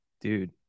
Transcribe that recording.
Dude